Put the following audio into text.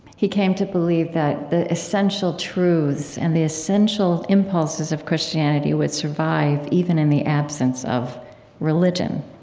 he came to believe that the essential truths and the essential impulses of christianity would survive even in the absence of religion